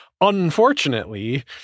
Unfortunately